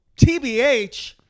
TBH